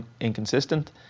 inconsistent